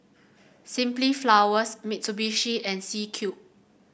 Simply Flowers Mitsubishi and C Cube